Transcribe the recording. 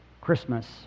Christmas